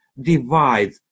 divide